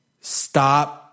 stop